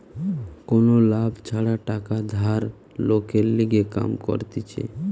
কোনো লাভ ছাড়া টাকা ধার লোকের লিগে কাম করতিছে